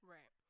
Right